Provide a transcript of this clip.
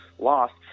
lost